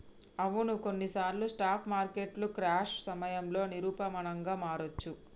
అవును కొన్నిసార్లు స్టాక్ మార్కెట్లు క్రాష్ సమయంలో నిరూపమానంగా మారొచ్చు